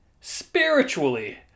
spiritually